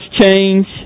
change